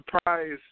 surprise –